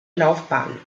laufbahn